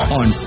on